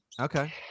Okay